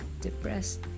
depressed